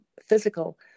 physical